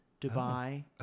Dubai